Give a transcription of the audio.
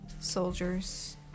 soldiers